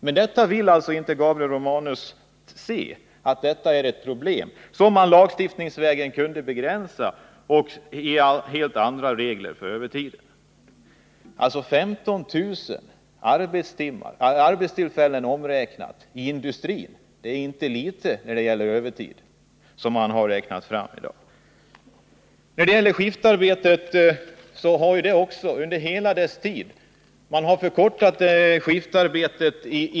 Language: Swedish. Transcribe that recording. Men Gabriel Romanus vill inte inse att detta är ett problem, som man kunde begränsa lagstiftningsvägen genom en genomgripande reform av reglerna för arbetstiden. Man har räknat fram att övertiden i dag motsvarar 15 000 arbetstillfällen inom industrin — och det är inte litet. När det gäller skiftarbete har arbetstiden successivt förkortats under den tid som denna arbetsform har funnits.